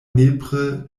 nepre